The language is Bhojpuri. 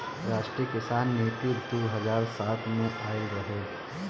राष्ट्रीय किसान नीति दू हज़ार सात में आइल रहे